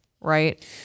right